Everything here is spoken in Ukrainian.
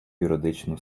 юридичну